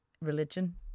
religion